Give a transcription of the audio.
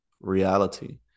reality